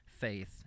faith